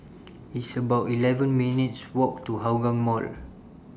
It's about eleven minutes' Walk to Hougang Mall